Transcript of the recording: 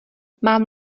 mám